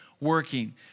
working